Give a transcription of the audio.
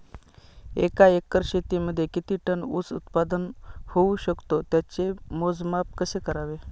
एका एकर शेतीमध्ये किती टन ऊस उत्पादन होऊ शकतो? त्याचे मोजमाप कसे करावे?